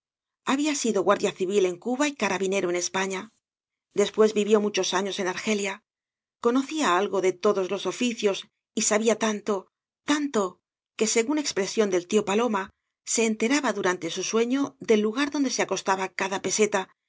había sido guardia civil en cuba y carabinero en españa después vivió muchos años en argelia conocía algo de todos loa oficios y sabia tauto tanto que segiia expreeióü del tío paloma se enteraba durante bu sueño del lugar donde se acostaba cada peseta y